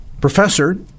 professor